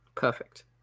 Perfect